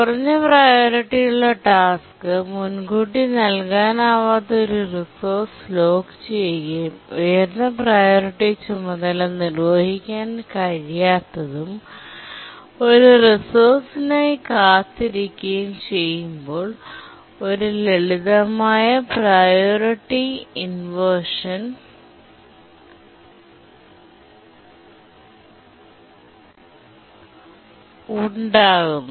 കുറഞ്ഞ പ്രിയോറിറ്റിയുള്ള ടാസ്ക് മുൻകൂട്ടി നൽകാനാവാത്ത ഒരു റിസോഴ്സ് ലോക്ക് ചെയ്യുകയും ഉയർന്ന പ്രിയോറിറ്റി ചുമതല നിർവ്വഹിക്കാൻ കഴിയാത്തതും ഒരു റിസോഴ്സിനായി കാത്തിരിക്കുകയും ചെയ്യുമ്പോൾ ഒരു ലളിതമായ പ്രിയോറിറ്റി ഇൻവെർഷൻ ഉണ്ടാകുന്നു